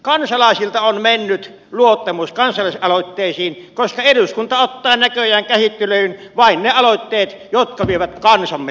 kansalaisilta on mennyt luottamus kansalais aloitteisiin koska eduskunta ottaa näköjään käsittelyyn vain ne aloitteet jotka vievät kansamme turmioon